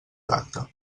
tracte